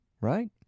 Right